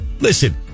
listen